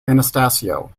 anastasio